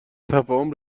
تفاهم